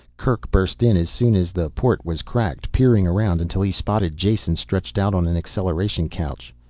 kerk burst in as soon as the port was cracked, peering around until he spotted jason stretched out on an acceleration couch.